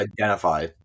identify